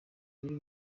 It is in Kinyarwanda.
biri